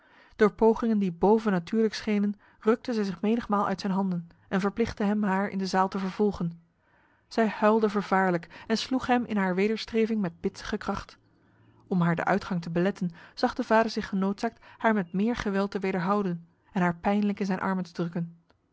door pogingen die bovennatuurlijk schenen rukte zij zich menigmaal uit zijn handen en verplichtte hem haar in de zaal te vervolgen zij huilde vervaarlijk en sloeg hem in haar wederstreving met bitsige kracht om haar de uitgang te beletten zag de vader zich genoodzaakt haar met meer geweld te wederhouden en haar pijnlijk in zijn armen te drukken